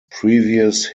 previous